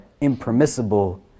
impermissible